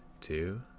two